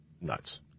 Nuts